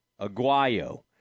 Aguayo